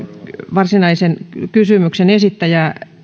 varsinaisen kysymyksen esittäjää